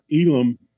Elam